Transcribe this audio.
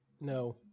No